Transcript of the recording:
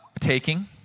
Taking